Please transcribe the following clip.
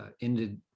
ended